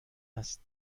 است